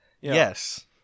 Yes